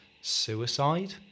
suicide